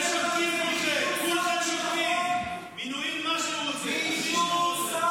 כי אותם אנשים שעומדים עכשיו מול בית ראש הממשלה וצועקים בזמבורות,